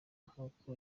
nk’uko